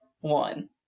one